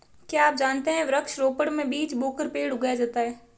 क्या आप जानते है वृक्ष रोपड़ में बीज बोकर पेड़ उगाया जाता है